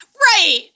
Right